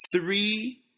three